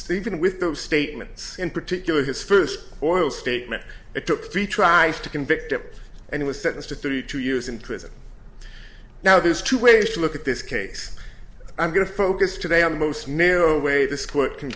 steven with those statements in particular his first oil statement it took three tries to convict him and he was sentenced to thirty two years in prison now there's two ways to look at this case i'm going to focus today on the most narrow way this court can